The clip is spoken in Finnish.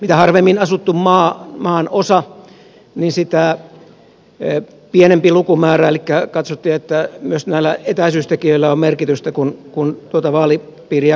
mitä harvemmin asuttu maan osa sitä pienempi lukumäärä elikkä katsottiin että myös näillä etäisyystekijöillä on merkitystä kun vaalipiirijakoa tehdään